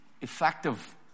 effective